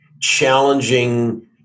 challenging